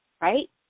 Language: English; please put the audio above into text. Right